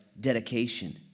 dedication